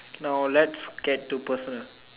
now let's get to personal